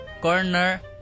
corner